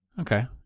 Okay